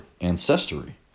ancestry